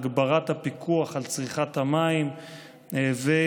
הגברת הפיקוח על צריכת המים וביטול